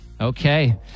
Okay